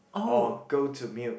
or go to meal